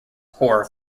horror